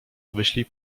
wyślij